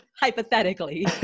hypothetically